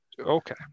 Okay